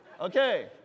Okay